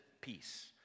peace